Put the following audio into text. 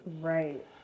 Right